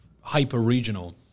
hyper-regional